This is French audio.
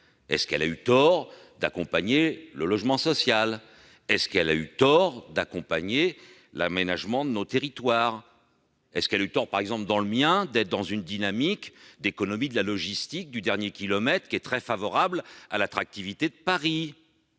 A-t-elle eu tort d'accompagner le logement social ? A-t-elle eu tort d'accompagner l'aménagement de nos territoires ? A-t-elle eu tort, dans mon département, d'être dans une dynamique d'économie de la logistique du dernier kilomètre, qui est très favorable à l'attractivité de Paris ?